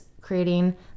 creating